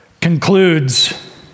concludes